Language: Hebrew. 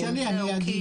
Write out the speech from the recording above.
אז תשאלי, אני אגיד.